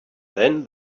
then